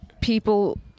people –